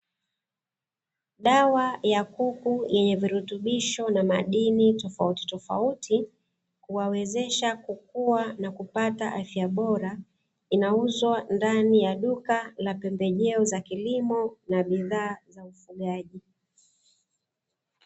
Dawa ya kuku yenye virutubisho na madini tofautitofauti, huwawezesha kukua na kupata afya bora; inauzwa ndani ya duka la pembejeo za kilimo na bidhaaa za ufugaji.